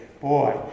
Boy